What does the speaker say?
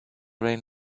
rain